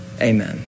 Amen